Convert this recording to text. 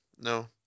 no